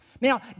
Now